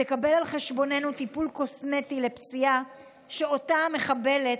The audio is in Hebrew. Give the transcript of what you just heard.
תקבל על חשבוננו טיפול קוסמטי לפציעה שאותה מחבלת